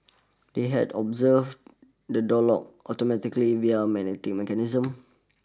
they had observed the door locked automatically via magnetic mechanism